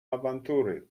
awantury